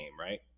right